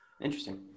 Interesting